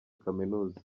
kaminuza